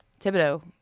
Thibodeau